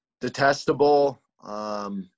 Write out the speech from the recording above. detestable